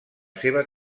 seva